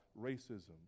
racism